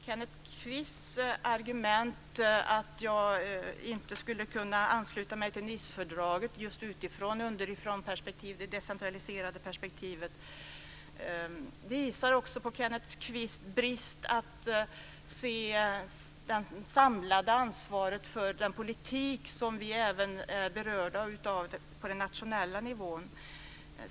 Kenneth Kvists argument att jag inte skulle kunna ansluta mig till Nicefördraget just utifrån underifrånperspektivet, det decentraliserade perspektivet, visar också Kenneth Kvists bristande förmåga att se det samlade ansvaret för den politik som vi är berörda av även på den nationella nivån.